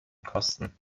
kosten